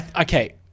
Okay